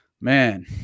man